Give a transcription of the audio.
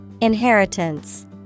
Inheritance